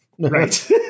Right